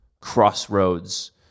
crossroads